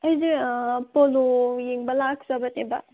ꯑꯩꯁꯦ ꯄꯣꯂꯣ ꯌꯦꯡꯕ ꯂꯥꯛꯆꯕꯅꯦꯕ